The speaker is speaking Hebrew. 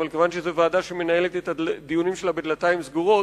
אבל מכיוון שזאת ועדה שמנהלת את הדיונים שלה בדלתיים סגורות,